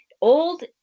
old